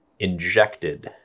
injected